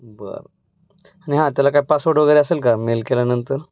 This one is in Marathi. बरं आणि हां त्याला काय पासवर्ड वगैरे असेल का मेल केल्यानंतर